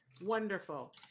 Wonderful